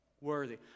Worthy